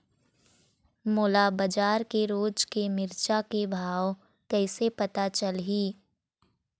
मोला बजार के रोज के मिरचा के भाव कइसे पता चलही?